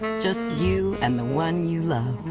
just you and the one you love.